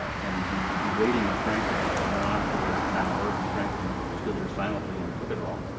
and the berating of franklin went on for an hour, and franklin stood there silently and took it all.